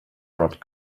brought